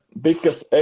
biggest